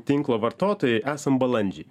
tinklo vartotojai esam balandžiai